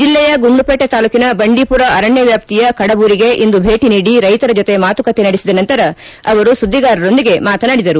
ಜಿಲ್ಲೆಯ ಗುಂಡ್ನುಪೇಟೆ ತಾಲೂಕಿನ ಬಂಡಿಪುರ ಅರಣ್ಣ ವಾಷ್ತಿಯ ಕಡಬೂರಿಗೆ ಇಂದು ಭೇಟಿ ನೀಡಿ ರೈತರ ಜೊತೆ ಮಾತುಕತೆ ನಡೆಸಿದ ನಂತರ ಅವರು ಸುದ್ದಿಗಾರರೊಂದಿಗೆ ಮಾತನಾಡಿದರು